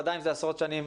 ודאי אם זה עשרות שנים,